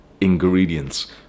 ingredients